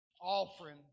offering